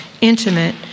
intimate